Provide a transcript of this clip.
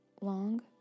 long